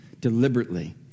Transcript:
deliberately